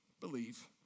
Believe